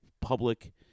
public